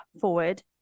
forward